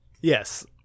yes